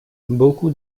beaucoup